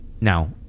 now